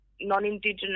non-indigenous